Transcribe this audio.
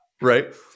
right